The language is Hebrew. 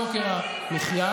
בסיכום עם ראש הממשלה,